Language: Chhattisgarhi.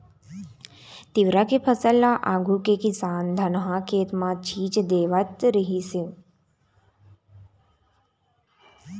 तिंवरा के फसल ल आघु के किसान धनहा खेत म छीच देवत रिहिस हे